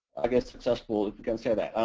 i guess, successful if you can say that.